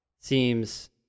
seems